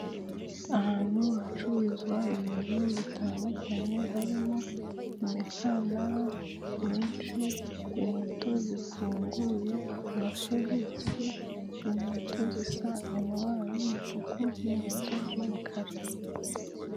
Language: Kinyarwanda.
Ahantu hacururizwa ibintu bitandukanye harimo imikandara myinshi, inkweto zifunguye, amasogisi, inkweto zisa amabara y'umutuku n'inkweto z'umukara.